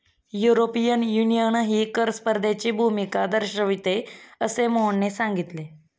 European युनियनही कर स्पर्धेची भूमिका दर्शविते, असे मोहनने सांगितले